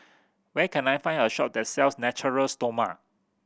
where can I find a shop that sells Natura Stoma